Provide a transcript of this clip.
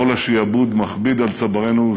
עול השעבוד היה מכביד על צווארנו.